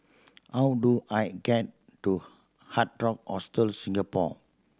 how do I get to Hard Rock Hostel Singapore